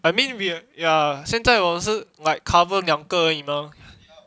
I mean we're ya 现在我是 like cover 两个而已嘛